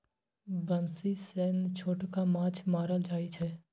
बंसी सँ छोटका माछ मारल जाइ छै